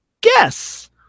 guess